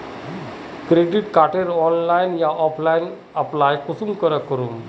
Credit कार्डेर online या offline apply कुंसम करे करूम?